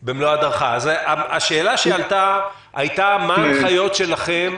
שלוסברג, השאלה שעלתה הייתה מה ההנחיות שלכם